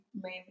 main